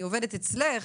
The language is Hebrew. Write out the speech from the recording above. אני עובדת אצלך,